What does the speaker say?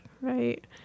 right